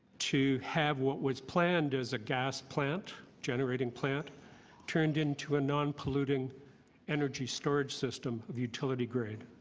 to have what was planned as a gas plant, generating plant turned into a non-polluteing energy storage system of utility grade.